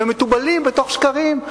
והם מתובלים בשקרים,